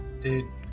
dude